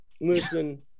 Listen